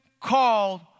called